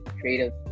creative